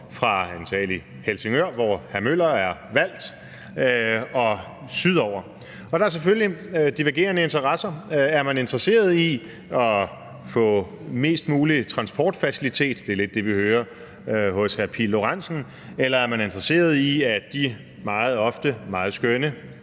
fra antagelig Helsingør, hvor hr. Henrik Møller er valgt, og sydover. Og der er selvfølgelig divergerende interesser: Alt efter om man er interesseret i at få mest mulig transportfacilitet – det er lidt det, vi hører hos hr. Kristian Pihl Lorentzen – eller om er man interesseret i, at de meget ofte meget skønne